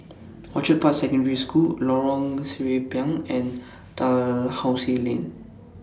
Orchid Park Secondary School Lorong Sireh Pinang and Dalhousie Lane